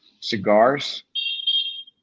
cigars